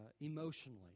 emotionally